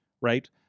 right